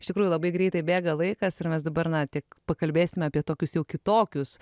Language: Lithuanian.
iš tikrųjų labai greitai bėga laikas ir mes dabar na tik pakalbėsime apie tokius jau kitokius